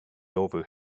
over